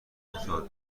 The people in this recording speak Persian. معتاد